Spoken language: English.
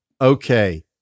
Okay